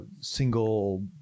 single